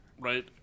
Right